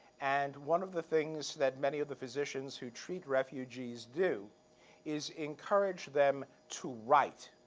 and one of the things that many of the physicians who treat refugees do is encourage them to write,